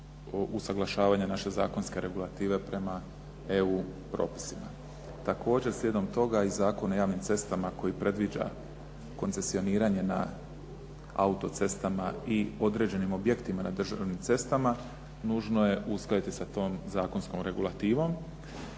usaglašavanja naše zakonske regulative prema EU propisima. Također slijedom toga i Zakon o javnim cestama koji predviđa koncesioniranje na auto-cestama i određenim objektima na državnim cestama nužno je uskladiti sa tom zakonskom regulativom.